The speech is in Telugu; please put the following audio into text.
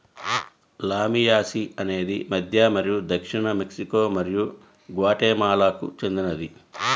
లామియాసి అనేది మధ్య మరియు దక్షిణ మెక్సికో మరియు గ్వాటెమాలాకు చెందినది